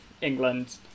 England